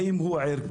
האם הוא ערכי,